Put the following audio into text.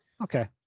Okay